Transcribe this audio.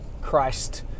Christ